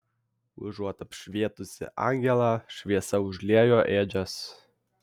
užuot apšvietusi angelą šviesa užliejo ėdžias